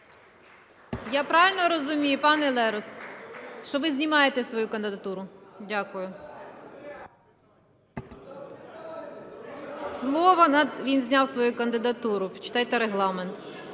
Я правильно розумію, пане Лерос, що ви знімаєте свою кандидатуру? Дякую. (Шум у залі) Він зняв свою кандидатуру. Почитайте Регламент.